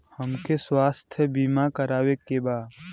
हमके स्वास्थ्य बीमा करावे के बा?